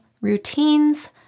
routines